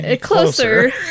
Closer